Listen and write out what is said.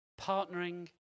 partnering